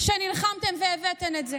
שנלחמתן והבאתן את זה.